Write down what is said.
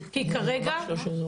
כי ביחידת צור,